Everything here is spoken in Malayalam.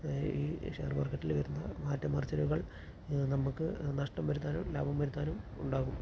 ഈ ഷെയർ മാർക്കറ്റിൽ വരുന്ന മാറ്റം മറിച്ചലുകൾ നമുക്ക് നഷ്ട്ടം വരുത്താനും ലാഭം വരുത്താനും ഉണ്ടാകും